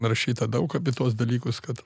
rašyta daug apie tuos dalykus kad